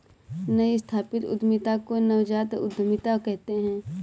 नई स्थापित उद्यमिता को नवजात उद्दमिता कहते हैं